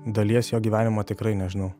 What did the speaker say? dalies jo gyvenimo tikrai nežinau